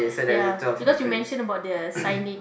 ya because you mentioned about the signage